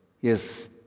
Yes